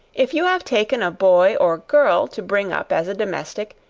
if you have taken a boy or girl, to bring up as a domestic,